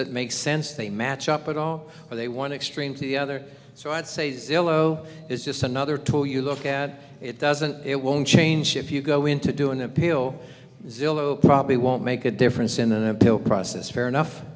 that make sense they match up at all or they want to extreme to the other so i'd say zillow is just another tool you look at it doesn't it won't change if you go into doing a pill zillow probably won't make a difference in an appeal process fair enough